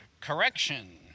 correction